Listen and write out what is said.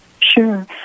Sure